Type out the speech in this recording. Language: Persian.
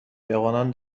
جوانان